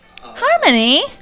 Harmony